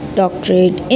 doctorate